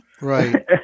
Right